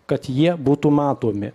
kad jie būtų matomi